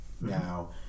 now